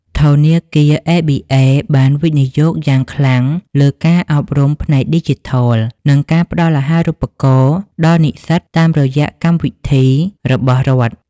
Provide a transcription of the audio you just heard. ធនាគារ ABA បានវិនិយោគយ៉ាងខ្លាំងលើការអប់រំផ្នែកឌីជីថល និងការផ្ដល់អាហារូបករណ៍ដល់និស្សិតតាមរយៈកម្មវិធីរបស់រដ្ឋ។